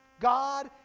God